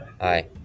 Hi